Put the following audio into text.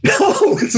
No